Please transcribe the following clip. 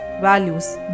values